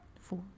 four